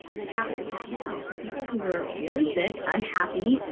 we'll have what we have now, which are people who are really sick, unhappy,